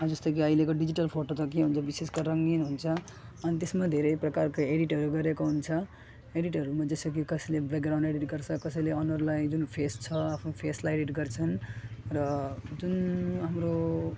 जस्तो कि अहिलेको डिजिटल फोटो त के हुन्छ विशेषकर रङ्गिन हुन्छ अनि त्यसमा धेरै प्रकारको एडिटहरू गरेको हुन्छ एडिटहरूमा जस्तो कि कसैले ब्याकग्राउन्ड एडिट गर्छ कसैले अनुहारलाई जुन फेस छ आफ्नो फेसलाई एडिट गर्छन् र जुन हाम्रो